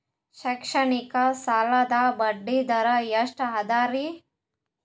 ಶೈಕ್ಷಣಿಕ ಸಾಲದ ಬಡ್ಡಿ ದರ ಎಷ್ಟು ಅದರಿ?